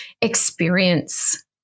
experience